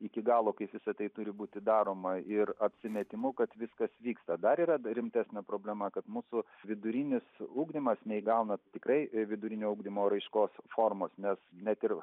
iki galo kaip visa tai turi būti daroma ir apsimetimu kad viskas vyksta dar yra dar rimtesnė problema kad mūsų vidurinis ugdymas neįgauna tikrai vidurinio ugdymo raiškos formos nes net ir